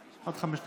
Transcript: עד חמש דקות.